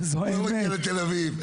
לא מגיע לתל אביב.